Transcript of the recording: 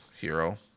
hero